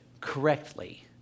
correctly